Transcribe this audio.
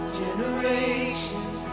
generations